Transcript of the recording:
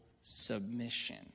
submission